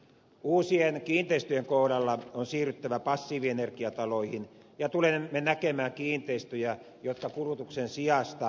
uusien kiinteistöjen kohdalla on siirryttävä passiivienergiataloihin ja tulemme näkemään kiinteistöjä jotka kulutuksen sijasta tuottavat energiaa